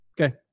Okay